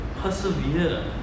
persevere